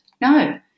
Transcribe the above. No